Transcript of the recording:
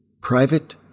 Private